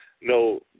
no